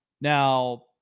Now